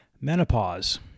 menopause